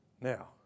Now